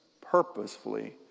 purposefully